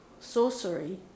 sorcery